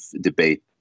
debate